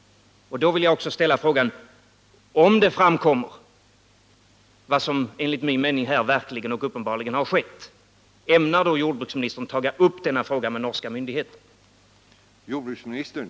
Jag vill också ställa frågan: Ämnar jordbruksministern, om vad som enligt min mening uppenbarligen har skett kommer fram, ta upp denna fråga med de norska myndigheterna?